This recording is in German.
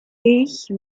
ich